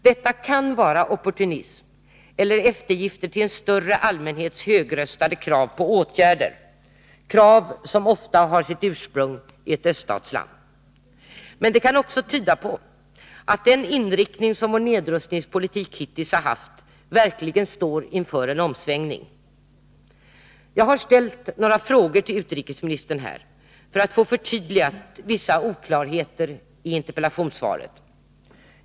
Detta kan vara opportunism eller eftergifter till en större allmänhets högröstade krav på åtgärder, krav som ofta har sitt ursprung i ett öststatsland. Men det kan också tyda på att den inriktning som vår nedrustningspolitik hittills haft verkligen står inför en omsvängning. Jag har ställt några frågor till utrikesministern för att få förtydligat vissa oklarheter i interpellationssvaret.